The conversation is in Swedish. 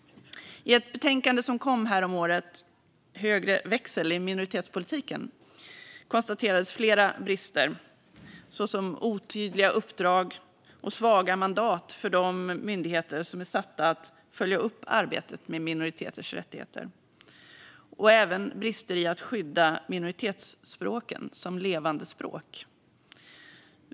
I ett betänkande som kom häromåret, Högre växel i minoritetspolitiken , konstaterades flera brister, såsom otydliga uppdrag och svaga mandat för de myndigheter som är satta att följa upp arbetet med minoriteters rättigheter samt brister i att skydda minoritetsspråken som levande språk.